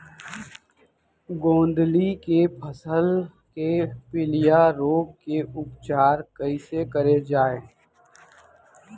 गोंदली के फसल के पिलिया रोग के उपचार कइसे करे जाये?